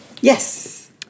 Yes